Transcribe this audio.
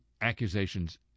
accusations